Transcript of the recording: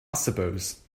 suppose